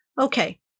Okay